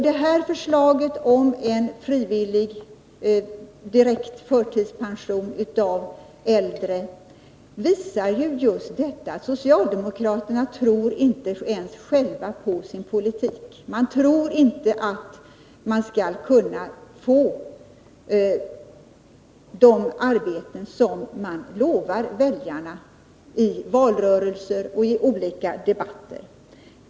Det här förslaget om en frivillig direkt förtidspension för äldre visar just att socialdemokraterna inte ens själva tror på sin politik. Man tror inte att man skall kunna få till stånd de arbeten som man lovat väljarna i valrörelser och i olika debatter.